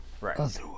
Right